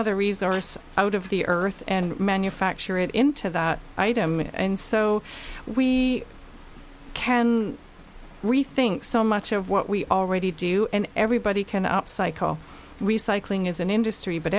other results out of the earth and manufacture it into that item and so we can rethink so much of what we already do and everybody can up cycle recycling is an industry but